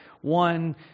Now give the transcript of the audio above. one